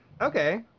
Okay